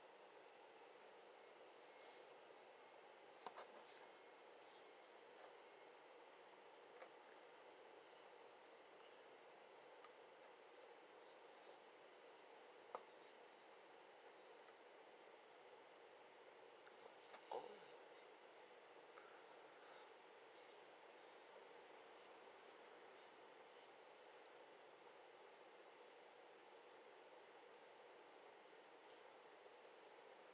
oh